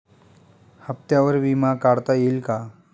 हप्त्यांवर विमा काढता येईल का?